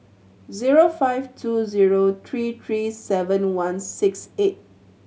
zero five two zero three three seven one six eight